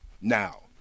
Now